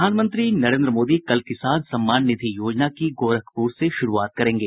प्रधानमंत्री नरेंद्र मोदी कल किसान सम्मान निधि योजना की गोरखपुर से शुरूआत करेंगे